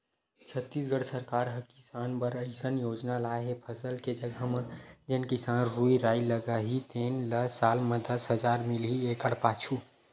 छत्तीसगढ़ सरकार ह किसान बर अइसन योजना लाए हे फसल के जघा म जेन किसान रूख राई लगाही तेन ल साल म दस हजार मिलही एकड़ पाछू